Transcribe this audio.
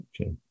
Okay